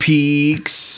Peaks